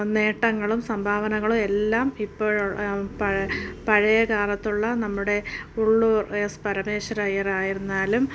നേട്ടങ്ങളും സംഭാവനകളും എല്ലാം ഇപ്പോഴുള്ള പഴയ പഴയ കാലത്തുള്ള നമ്മുടെ ഉള്ളൂർ എസ് പരമേശ്വര അയ്യറായിരുന്നാലും